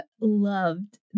loved